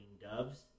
doves